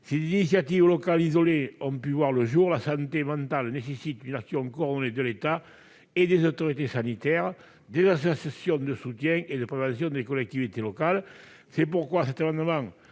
des initiatives locales isolées ont pu voir le jour, la santé mentale nécessite une action coordonnée de l'État et des autorités sanitaires, des associations de soutien et de prévention et des collectivités. C'est pourquoi cet amendement